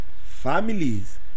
families